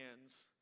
hands